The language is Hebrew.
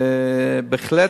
בהחלט,